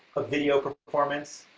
a video performance